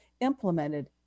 implemented